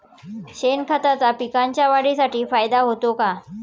शेणखताचा पिकांच्या वाढीसाठी फायदा होतो का?